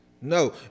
No